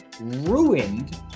ruined